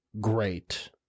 great